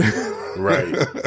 right